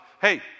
Hey